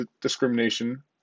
discrimination